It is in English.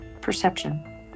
perception